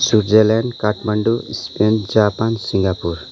Switzerland Kathmandu Spain Japan Singapore